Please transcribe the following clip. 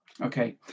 Okay